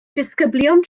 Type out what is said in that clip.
disgyblion